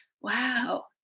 wow